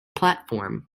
platform